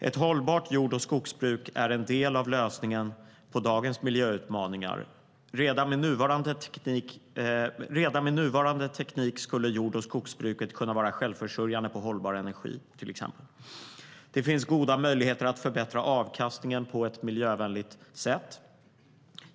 Ett hållbart jord och skogsbruk är en del av lösningen på dagens miljöutmaningar. Redan med nuvarande teknik skulle till exempel jord och skogsbruket kunna vara självförsörjande med hållbar energi. Det finns goda möjligheter att förbättra avkastningen på ett miljövänligt sätt.